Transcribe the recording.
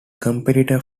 competitor